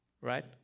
right